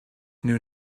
knew